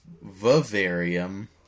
vivarium